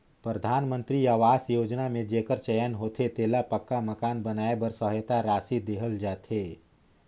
परधानमंतरी अवास योजना में जेकर चयन होथे तेला पक्का मकान बनाए बर सहेता रासि देहल जाथे